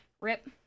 Rip